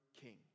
king